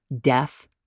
death